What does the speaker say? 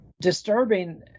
disturbing